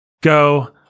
go